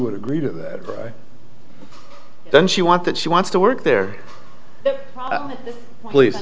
would agree to that then she want that she wants to work there please